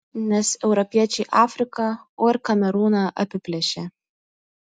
nes europiečiai afriką o ir kamerūną apiplėšė